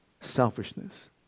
Selfishness